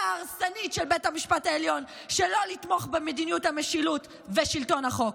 ההרסנית של בית המשפט העליון שלא לתמוך במדיניות המשילות ושלטון החוק.